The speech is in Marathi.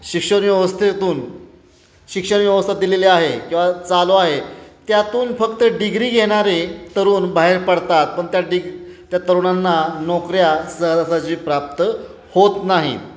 शिक्षण व्यवस्थेतून शिक्षण व्यवस्था दिलेली आहे किंवा चालू आहे त्यातून फक्त डिग्री घेणारे तरुण बाहेर पडतात पण त्या डिग त्या तरुणांना नोकऱ्या सहजासहजी प्राप्त होत नाही